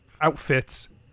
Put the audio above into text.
outfits